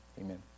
Amen